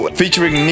featuring